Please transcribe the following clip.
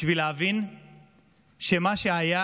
בשביל להבין שמה שהיה